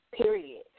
period